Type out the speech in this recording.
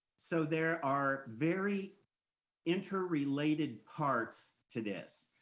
so there are very interrelated parts to this,